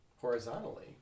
horizontally